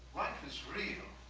life is real.